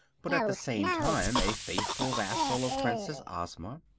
but at the same time a faithful vassal of princess ozma.